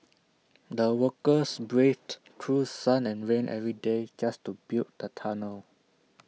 the workers braved through sun and rain every day just to build the tunnel